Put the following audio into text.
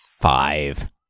Five